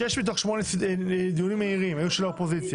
שישה מתוך שמונה דיונים מהירים היו של האופוזיציה,